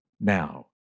now